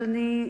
אדוני,